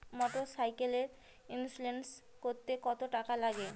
মোটরসাইকেলের ইন্সুরেন্স করতে কত টাকা লাগে?